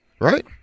right